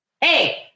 Hey